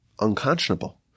unconscionable